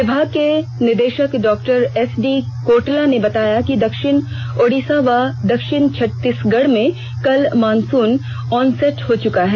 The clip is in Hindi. विभाग के निदेशक डॉ एसडी कोटाल ने बताया कि दक्षिणी ओडिशा व दक्षिणी छत्तीसगढ़ में कल मॉनसून ऑनसेट हो चुका है